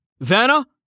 Vanna